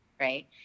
right